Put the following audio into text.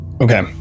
Okay